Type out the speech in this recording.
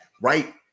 right